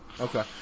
Okay